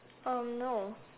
no